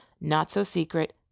Not-So-Secret